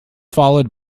followed